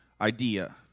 idea